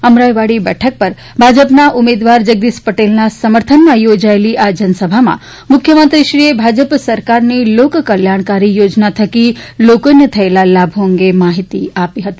અમરાઈવાડી બેઠક પર ભાજપના ઉમેદવાર જગદીશ પટેલના સમર્થનમાં ચોજાયેલી આ જનસભામાં મુખ્યમંત્રીશ્રીએ ભાજપ સરકારની લોક કલ્યાણકારી યોજના થકી લોકોને થયેલા લાભો અંગે માહિતી આપી હતી